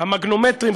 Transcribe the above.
המגנומטרים,